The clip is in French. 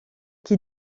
qui